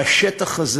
בשטח הזה,